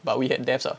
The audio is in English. but we had deaths ah